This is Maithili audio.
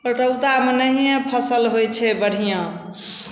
रौदामे नहिए फसल होइ छै बढ़िआँ